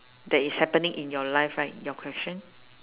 that is happening in your life right your question